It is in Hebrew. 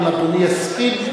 אם אדוני יסכים,